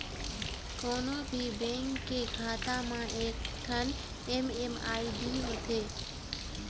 कोनो भी बेंक के खाता म एकठन एम.एम.आई.डी होथे